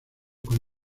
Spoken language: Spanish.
con